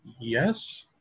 yes